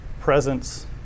presence